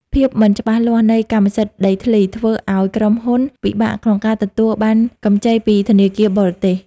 ភាពមិនច្បាស់លាស់នៃកម្មសិទ្ធិដីធ្លី ធ្វើឱ្យក្រុមហ៊ុនពិបាកក្នុងការទទួលបានកម្ចីពីធនាគារបរទេស។